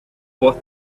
was